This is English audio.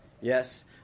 yes